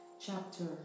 chapter